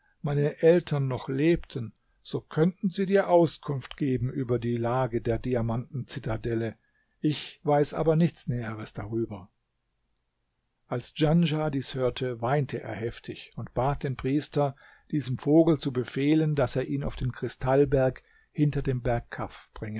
meine eltern noch lebten so könnten sie dir auskunft geben über die lage der diamanten zitadelle ich weiß aber nichts näheres darüber als djanschah dies hörte weinte er heftig und bat den priester diesem vogel zu befehlen daß er ihn auf den kristallberg hinter dem berg kaf